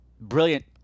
brilliant